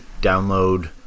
download